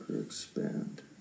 expand